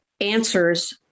answers